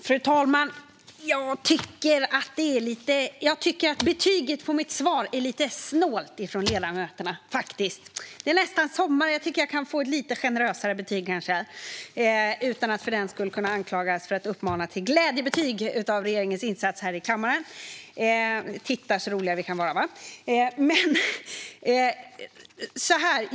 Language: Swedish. Fru talman! Jag tycker att ledamöternas betyg på mitt svar är lite snålt, faktiskt. Det är nästan sommar. Jag tycker att jag kanske kan få ett lite generösare betyg utan att för den skull anklagas för att uppmana till glädjebetyg på regeringens insats här i kammaren. Titta så roliga vi kan vara!